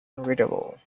unreadable